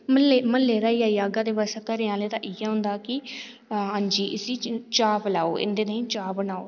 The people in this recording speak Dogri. म्हल्लें दा गै आई जाना घर म्हल्लें आह्लें दा इ'यै होंदा कि अंजी इसी चाह् पिलाओ इंदे लेई चाह् लेई आओ